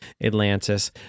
Atlantis